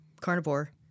carnivore